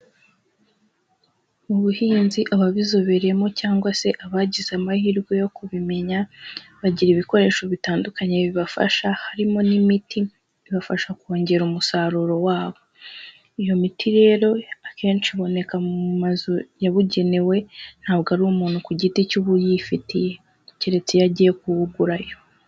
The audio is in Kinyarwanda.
Mu buhinzi ababizobereyemo cyangwa se abagize amahirwe yo kubimenya, bagira ibikoresho bitandukanye bibafasha harimo n'imiti ibafasha kongera umusaruro wabo, iyo miti rero akenshi iboneka mu mazu yabugenewe ntabwo ari umuntu ku giti cye uba uyifitiye, keretse iyo agiye kuwugurayo.